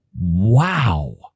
Wow